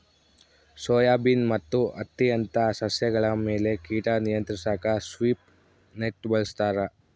soybean ಮತ್ತು ಹತ್ತಿಯಂತ ಸಸ್ಯಗಳ ಮೇಲೆ ಕೀಟ ನಿಯಂತ್ರಿಸಾಕ ಸ್ವೀಪ್ ನೆಟ್ ಬಳಸ್ತಾರ